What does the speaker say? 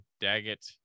daggett